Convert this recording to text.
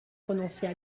prononçait